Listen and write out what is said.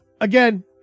again